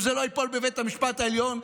אם זה לא ייפול בבית המשפט העליון,